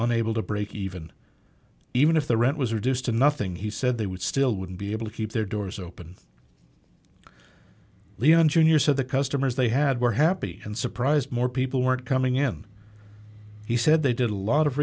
unable to break even even if the rent was reduced to nothing he said they would still wouldn't be able to keep their doors open leon jr said the customers they had were happy and surprised more people weren't coming in he said they did a lot of